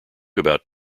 about